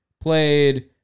Played